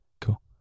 cool